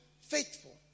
faithful